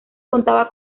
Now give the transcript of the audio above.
contaba